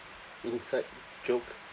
inside joke